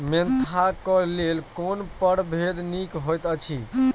Mentha क लेल कोन परभेद निक होयत अछि?